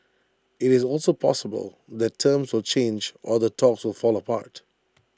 it's also possible that terms will change or the talks will fall apart